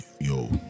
yo